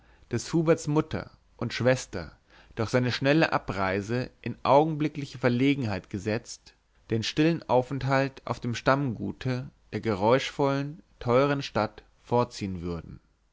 daß huberts mutter und schwester durch seine schnelle abreise in augenblickliche verlegenheit gesetzt den stillen aufenthalt auf dem stammgute der geräuschvollen teuren stadt vorziehen würden